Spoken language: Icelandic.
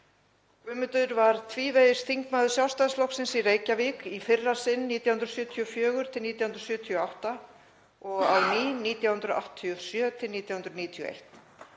Guðmundur var tvívegis þingmaður Sjálfstæðisflokksins í Reykjavík, í fyrra sinn 1974–1978 og á ný 1987–1991.